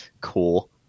cool